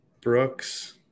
Brooks